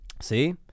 See